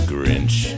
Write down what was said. Grinch